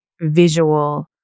visual